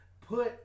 put